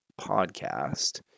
podcast